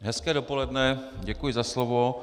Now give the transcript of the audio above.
Hezké dopoledne, děkuji za slovo.